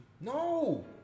No